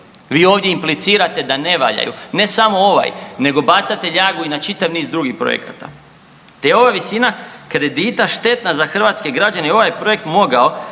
Vi ovdje implicirate da ne valjaju, ne samo ovaj, nego bacate ljagu i na čitav niz drugih projekata. Gdje je ova visina kredita štetna za hrvatske građane i ovaj projekt mogao